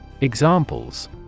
Examples